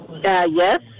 Yes